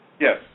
Yes